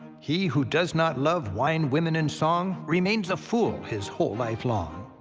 he who does not love wine, women, and song remains a fool his whole life long.